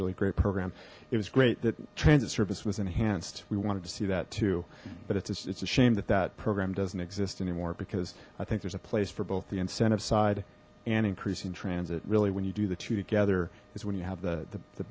really great program it was great that transit service was enhanced we wanted to see that too but it's a shame that that program doesn't exist anymore because i think there's a place for both the incentive side and increasing transit really when you do the two together is when you have the the